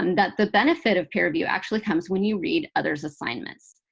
um that the benefit of peer review actually comes when you read others' assignments.